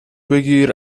بگیر